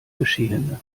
geschehene